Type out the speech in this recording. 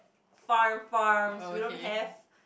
farm farms we don't have